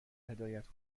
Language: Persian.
هدایت